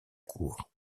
cour